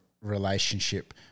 relationship